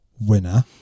winner